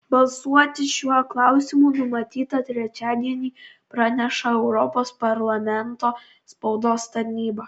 balsuoti šiuo klausimu numatyta trečiadienį praneša europos parlamento spaudos tarnyba